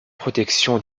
protection